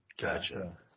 Gotcha